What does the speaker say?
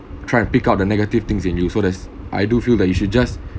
try and pick out the negative things in you so as I do feel that you should just